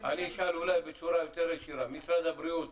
--- אשאל אולי בצורה יותר ישירה: משרד הבריאות